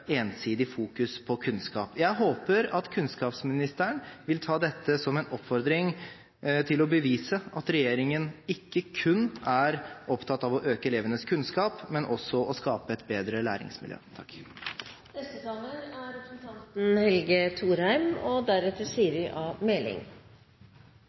ensidig fokus på kunnskap. Jeg håper at kunnskapsministeren vil ta dette som en oppfordring til å bevise at regjeringen ikke kun er opptatt av å øke elevenes kunnskap, men også av å skape et bedre læringsmiljø.